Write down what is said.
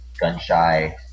gun-shy